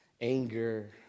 Anger